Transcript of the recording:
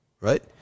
right